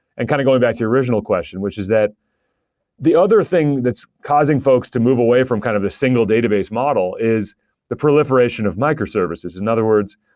and kind of going back to your original question, which is that the other thing that's causing folks to move away from kind of a single database model is the proliferation of microservices. in other words,